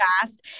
fast